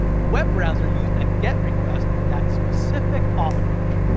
the web browser used a get request to that specific author page.